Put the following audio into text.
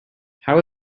how